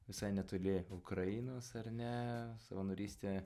visai netoli ukrainos ar ne savanorystė